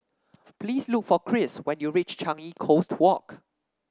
please look for Kris when you reach Changi Coast Walk